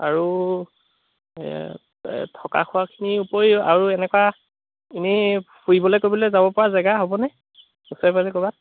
আৰু থকা খোৱাখিনিৰ উপৰিও আৰু এনেকুৱা এনেই ফুৰিবলৈ কৰিবলৈ যাবপৰা জেগা হ'বনে ওচৰে পাঁজৰে ক'ৰবাত